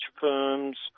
firms